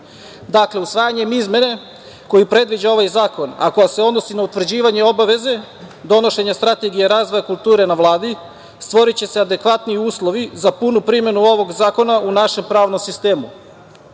usvajanjem izmene koji predviđa ovaj zakon, a koja se odnosi na utvrđivanje obaveze donošenja strategije razvoja kulture na Vladi, stvoriće se adekvatni uslovi za punu primenu ovog zakona u našem pravnom